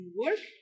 work